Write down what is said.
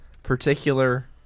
Particular